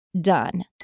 done